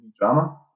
drama